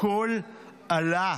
הכול עלה.